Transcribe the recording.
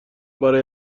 برای